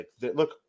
Look